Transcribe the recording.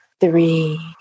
three